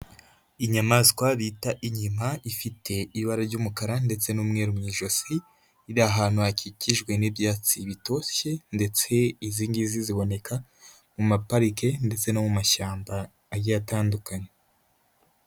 Inyamaswa bita inkima ifite ibara ry'umukara ndetse n'umweru mu ijosi, iri ahantu hakikijwe n'ibyatsi bitoshye ndetse izi ngizi ziboneka mu maparike ndetse no mu mashyamba agiye atandukanye.